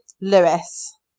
Lewis